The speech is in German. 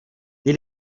die